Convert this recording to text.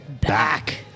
back